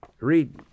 read